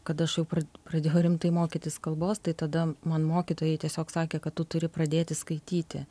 kad aš jau pra pradėjau rimtai mokytis kalbos tai tada man mokytojai tiesiog sakė kad tu turi pradėti skaityti